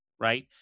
right